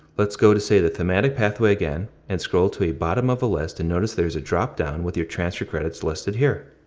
let's go to say the thematic pathway again, and scroll to a bottom of a list and notice there is a drop-down with your transfer credits listed here.